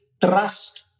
trust